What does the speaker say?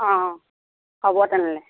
অঁ হ'ব তেনেহ'লে